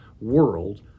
world